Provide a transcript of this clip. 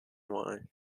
why